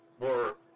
more